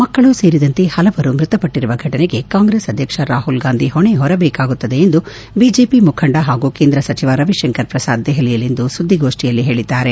ಮಕ್ಕಳೂ ಸೇರಿದಂತೆ ಹಲವರು ಮೃತಪಟ್ಟಿರುವ ಫಟನೆಗೆ ಕಾಂಗ್ರೆಸ್ ಅಧ್ಯಕ್ಷ ರಾಹುಲ್ ಗಾಂಧಿ ಹೊಣೆ ಹೊರಬೇಕಾಗುತ್ತದೆ ಎಂದು ಬಿಜೆಪಿ ಮುಖಂಡ ಹಾಗೂ ಕೇಂದ್ರ ಸಚಿವ ರವಿಶಂಕರ್ ಪ್ರಸಾದ್ ದೆಹಲಿಯಲ್ಲಿಂದು ಸುದ್ದಿಗೋಷ್ಠಿಯಲ್ಲಿ ಹೇಳಿದ್ದಾರೆ